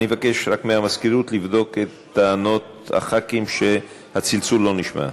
אני מבקש מהמזכירות לבדוק את טענות חברי הכנסת שהצלצול לא נשמע.